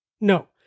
No